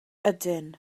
ydyn